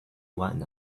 one